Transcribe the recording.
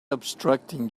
obstructing